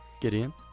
Gideon